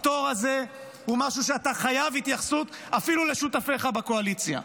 הפטור הזה הוא משהו שאתה חייב התייחסות אליו אפילו לשותפיך בקואליציה.